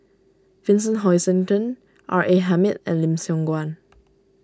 Vincent Hoisington R A Hamid and Lim Siong Guan